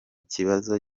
kibazo